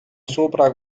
sopra